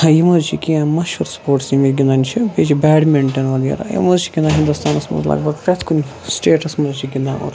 یِم حظ چھِ کینٛہہ مَشہوٗر سپوٹٕس یِم ییٚتہِ گِندان چھِ بیٚیہِ چھ بیڈمِنٛٹَن وَغیرہ یِم حظ چھِ گِنٛدان ہِنٛدوستانَس منٛز لگ بگ پریتھ کُنہِ سِٹیٹَس منٛز چھِ گِنٛدان اور